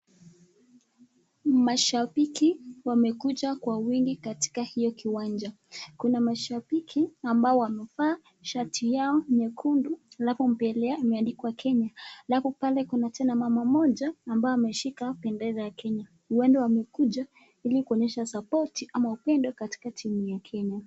Mashabiki wamekuja kwa wingi katika hiyo kiwanja. Kuna mashabiki ambao wamevaa shati yao nyekundu alafu mbele yao imeandikwa Kenya. Alafu pale kuna tena mama mmoja ambaye ameshika bendera ya Kenya. Huenda wamekuja ili kuonyesha sapoti ama upendo katika timu ya Kenya.